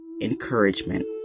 encouragement